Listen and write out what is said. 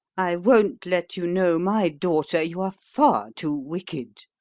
i won't let you know my daughter, you are far too wicked.